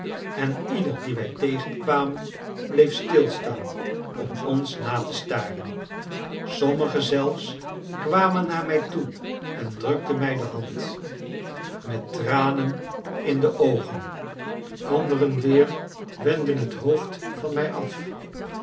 en ieder dien wij tegenkwamen bleef stilstaan om ons na te staren sommigen zelfs kwamen naar mij toe en drukten mij de hand met tranen in de oogen anderen weer wendden het hoofd van mij af